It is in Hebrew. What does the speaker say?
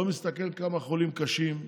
לא מסתכל כמה חולים קשים.